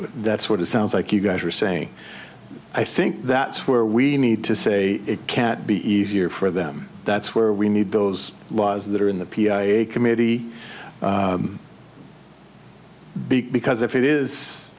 them that's what it sounds like you guys are saying i think that's where we need to say it can't be easier for them that's where we need those laws that are in the p i a committee big because if it is